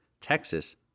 Texas